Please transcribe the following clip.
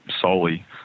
solely